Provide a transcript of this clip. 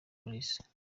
mulisa